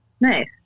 Nice